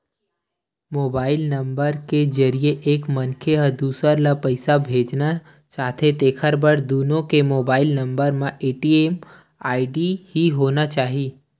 mobile number के जरिए एक मनखे ह दूसर ल पइसा भेजना चाहथे तेखर बर दुनो के मोबईल नंबर म एम.एम.आई.डी होना चाही